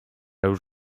już